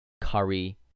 Curry